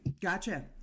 Gotcha